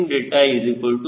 CmeCme 0